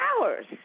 hours